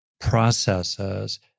processes